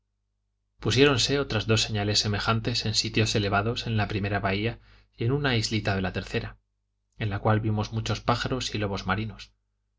pusiéronse otras dos señales semejantes en sitios elevados en la primera bahía y en una islita de la tercera en la cual vimos muchos pájaros y lobos marinos